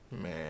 Man